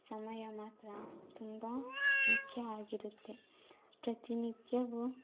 ಸಮಯ ಮಾತ್ರ ತುಂಬ ಮುಖ್ಯ ಆಗಿರುತ್ತೆ ಪ್ರತಿನಿತ್ಯವು